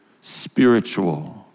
spiritual